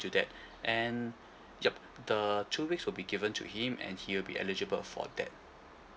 to that and yup the two weeks will be given to him and he will be eligible for that